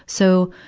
so,